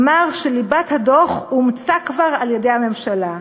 שליבת הדוח כבר אומצה על-ידי הממשלה.